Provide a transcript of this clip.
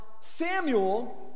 Samuel